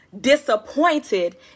disappointed